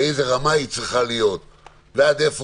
באיזה רמה היא צריכה להיות ועד איפה